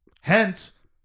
Hence